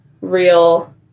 real